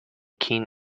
keen